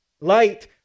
Light